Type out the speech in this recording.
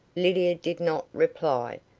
lydia did not reply,